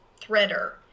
threader